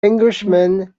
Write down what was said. englishman